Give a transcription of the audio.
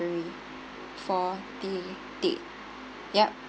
for the date ya